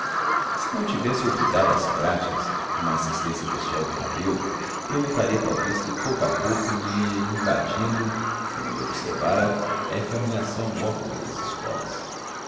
se não houvesse olvidado as práticas como a assistência pessoal do rebelo eu notaria talvez que pouco a pouco me ia invadindo como ele observara a efeminação mórbida das escolas